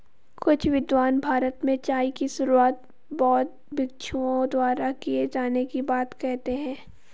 कुछ विद्वान भारत में चाय की शुरुआत बौद्ध भिक्षुओं द्वारा किए जाने की बात कहते हैं